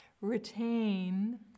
Retain